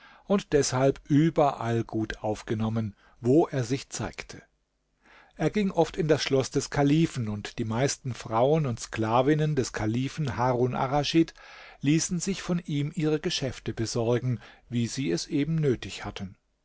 und deshalb überall gut aufgenommen wo er sich zeigte er ging oft in das schloß des kalifen und die meisten frauen und sklavinnen des kalifen harun arraschid ließen sich von ihm ihre geschäfte besorgen wie sie es eben nötig hatten